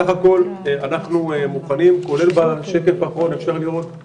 אז אולי יש מקום להגדיל את